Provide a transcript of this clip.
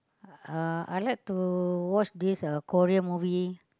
uh I like to watch this uh Korean movie